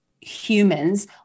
humans